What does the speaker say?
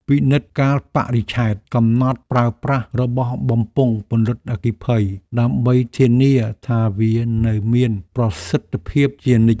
ពិនិត្យកាលបរិច្ឆេទកំណត់ប្រើប្រាស់របស់បំពង់ពន្លត់អគ្គិភ័យដើម្បីធានាថាវានៅមានប្រសិទ្ធភាពជានិច្ច។